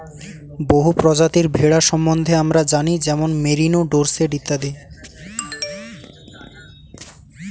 বহু প্রজাতির ভেড়া সম্বন্ধে আমরা জানি যেমন মেরিনো, ডোরসেট ইত্যাদি